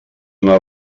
una